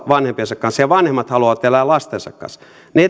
vanhempiensa kanssa ja vanhemmat haluavat elää lastensa kanssa niin